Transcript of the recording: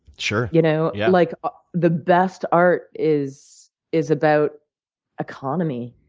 sure, you know yeah. like ah the best art is is about economy.